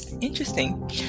Interesting